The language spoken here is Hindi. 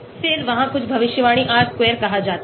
फिर वहाँ कुछ भविष्यवाणी R square कहा जाता है